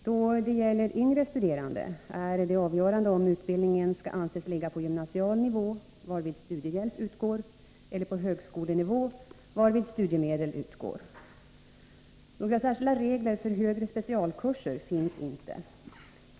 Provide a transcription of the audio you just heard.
Då det gäller yngre studerande är det avgörande om utbildningen skall anses ligga på gymnasial nivå, varvid studiehjälp utgår, eller på högskolenivå, varvid studiemedel utgår. Några särskilda regler för högre specialkurser finns inte.